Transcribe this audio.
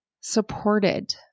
supported